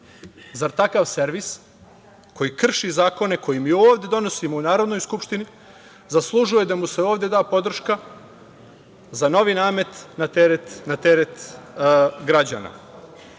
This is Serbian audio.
zar takav servis koji krši zakone koje mi ovde donosimo u Narodnoj skupštini zaslužuje da mu se ovde da podrška za novi namet na teret građana? Ovu